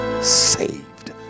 Saved